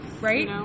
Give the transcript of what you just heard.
Right